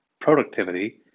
productivity